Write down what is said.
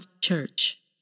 Church